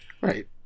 Right